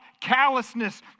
callousness